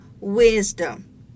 wisdom